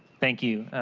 thank you.